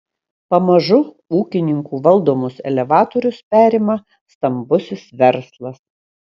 pamažu ūkininkų valdomus elevatorius perima stambusis verslas